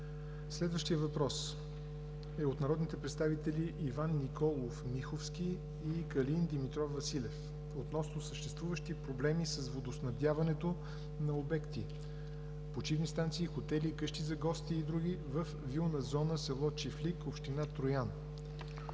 Следващият въпрос е от народните представители Иван Николов Миховски и Калин Димитров Василев относно съществуващи проблеми с водоснабдяването на обекти, почивни станции и хотели, къщи за гости и други във вилна зона село Чифлик, община Троян.